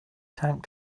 tank